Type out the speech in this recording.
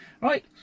right